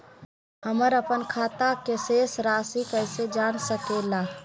हमर अपन खाता के शेष रासि कैसे जान सके ला?